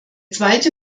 zweite